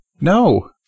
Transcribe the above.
No